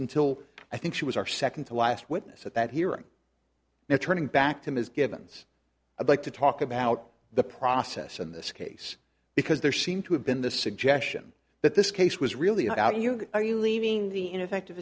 until i think she was our second to last witness at that hearing now turning back to ms givens of like to talk about the process in this case because there seem to have been the suggestion that this case was really about you are you leaving the ineffective